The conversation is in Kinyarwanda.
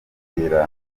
gusezerana